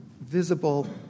visible